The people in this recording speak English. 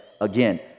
Again